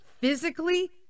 physically